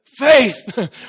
Faith